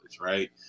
right